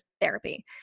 therapy